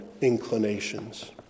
inclinations